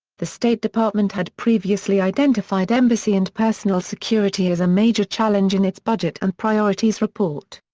the state department had previously identified embassy and personnel security as a major challenge in its budget and priorities report.